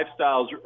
lifestyles